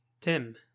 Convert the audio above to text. Tim